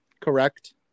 Correct